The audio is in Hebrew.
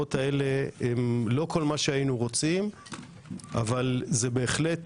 הסקירות האלה הן לא כל מה שהיינו רוצים אבל זה בהחלט